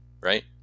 right